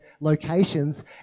locations